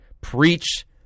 preach